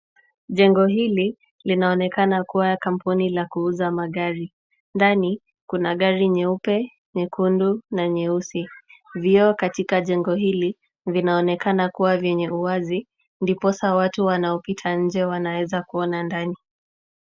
Jengo hili linaonekana kuwa kampuni la kuuza magari. Ndani kuna gari nyeupe, nyekundu na nyeusi. Vioo katika jengo hili vinaonekana kuwa vyenye uwazi ndiposa watu wanaopita nje wanaweza kuona ndani.